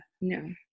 no